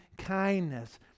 kindness